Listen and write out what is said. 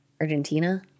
Argentina